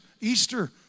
Easter